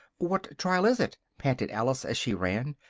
what trial is it? panted alice as she ran,